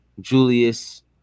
Julius